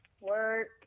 Work